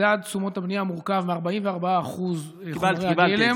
מדד תשומות הבנייה מורכב מ-44% חומרי הגלם,